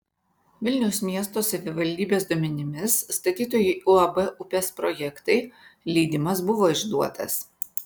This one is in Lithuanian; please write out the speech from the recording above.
vilniaus miesto savivaldybės duomenimis statytojui uab upės projektai leidimas buvo išduotas